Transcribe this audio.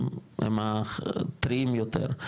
הם הטריים יותר,